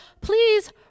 please